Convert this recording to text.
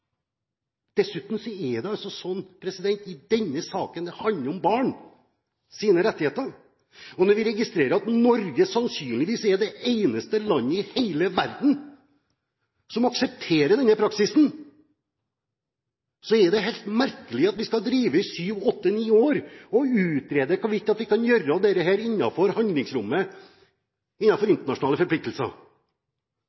Dessuten handler det i denne saken om barns rettigheter. Når vi registrerer at Norge sannsynligvis er det eneste landet i hele verden som aksepterer denne praksisen, er det helt merkelig at vi skal drive i sju–åtte–ni år og utrede hvorvidt vi kan gjøre